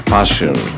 Passion